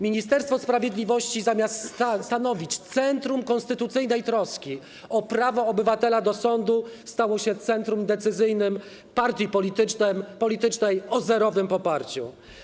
Ministerstwo Sprawiedliwości, zamiast stanowić centrum konstytucyjnej troski o prawo obywatela do sądu, stało się centrum decyzyjnym partii politycznej o zerowym poparciu.